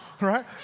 right